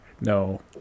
No